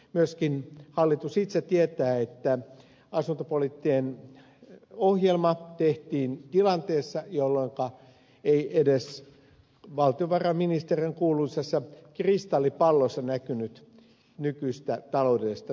myöskin hallitus itse tietää että asuntopoliittinen ohjelma tehtiin tilanteessa jolloinka ei edes valtiovarainministeriön kuuluisassa kristallipallossa näkynyt nykyistä taloudellista tilannetta